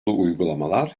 uygulamalar